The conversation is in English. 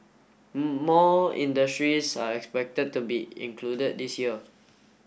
more industries are expected to be included this year